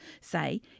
say